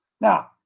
Now